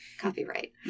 Copyright